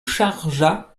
chargea